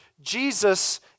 Jesus